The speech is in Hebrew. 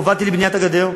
הובלתי לבניית הגדר,